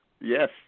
Yes